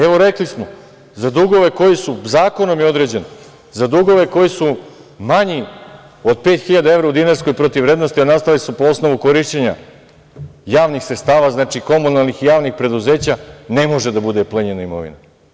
Evo, rekli smo za dugove koji su, zakonom je određeno, za dugove koji su manji od 5.000 evra u dinarskoj protivvrednosti, a nastale su po osnovu korišćenja javnih sredstava, znači, komunalnih i javnih preduzeća ne može da bude plenjena imovina.